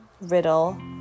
Riddle